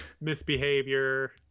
misbehavior